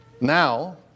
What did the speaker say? Now